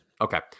Okay